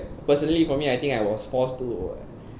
personally for me I think I was forced to uh